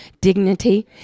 dignity